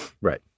Right